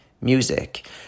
music